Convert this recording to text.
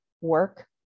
work